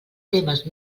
temes